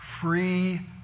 free